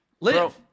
live